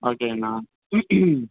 ஓகேங்க அண்ணா